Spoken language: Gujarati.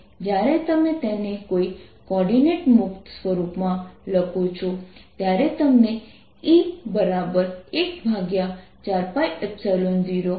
પરંતુ તે પ્રવાહ ચુંબકીય ક્ષેત્રમાં કોઈ ફાળો આપતું નથી